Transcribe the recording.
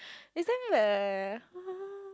it's damn bad eh